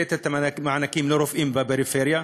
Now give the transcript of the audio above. לתת את המענקים לרופאים בפריפריה,